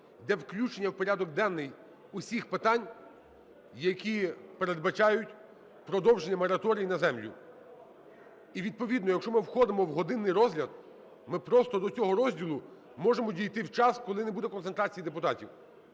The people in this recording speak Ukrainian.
для включення в порядок денний усіх питань, які передбачають продовження мораторію на землю. І відповідно, якщо ми входимо в годинний розгляд, ми просто до цього розділу можемо дійти в час, коли не буде концентрації депутатів.